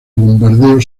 bombardeo